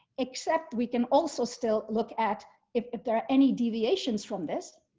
except we can also still look at if there are any deviations from this.